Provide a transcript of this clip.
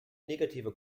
negative